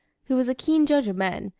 who was a keen judge of men,